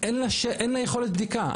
אין לה יכולת בדיקה.